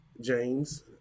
James